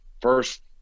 first